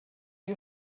you